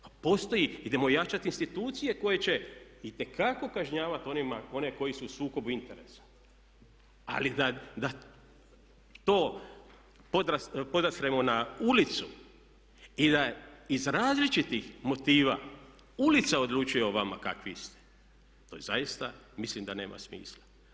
Pa postoji, idemo jačati institucije koje će itekako kažnjavati one koji su u sukobu interesa, ali da to podastremo na ulicu i da iz različitih motiva ulica odlučuje o vama kakvi ste to zaista mislim da nema smisla.